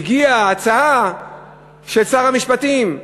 הגיעה ההצעה של שר המשפטים.